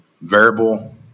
variable